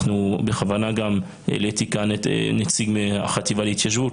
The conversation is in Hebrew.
בכוונה העליתי כאן את נציג החטיבה להתיישבות.